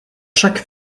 chaque